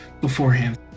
beforehand